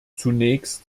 zunächst